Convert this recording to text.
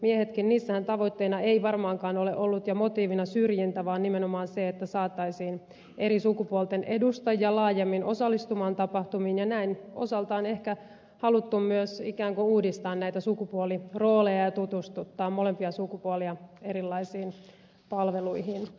niissähän tavoitteena ja motiivina ei varmaankaan ole ollut syrjintä vaan nimenomaan se että saataisiin eri sukupuolten edustajia laajemmin osallistumaan tapahtumiin ja näin osaltaan on ehkä haluttu myös ikään kuin uudistaa näitä sukupuolirooleja ja tutustuttaa molempia sukupuolia erilaisiin palveluihin